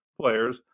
players